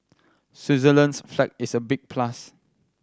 Switzerland's flag is a big plus